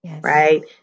right